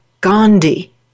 Gandhi